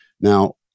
Now